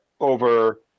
over